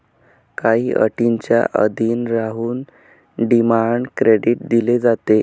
काही अटींच्या अधीन राहून डिमांड क्रेडिट दिले जाते